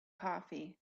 coffee